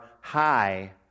high